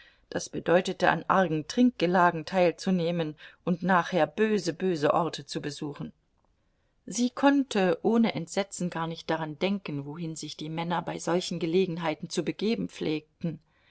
das bedeutete an argen trinkgelagen teilzunehmen und nachher böse böse orte zu besuchen sie konnte ohne entsetzen gar nicht daran denken wohin sich die männer bei solchen gelegenheiten zu begeben pflegten